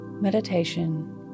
Meditation